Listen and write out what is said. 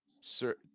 sir